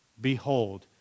behold